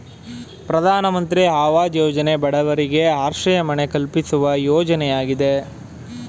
ಪ್ರಧಾನಮಂತ್ರಿ ಅವಾಜ್ ಯೋಜನೆ ಬಡವರಿಗೆ ಆಶ್ರಯ ಮನೆ ಕಲ್ಪಿಸುವ ಯೋಜನೆಯಾಗಿದೆ